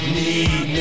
need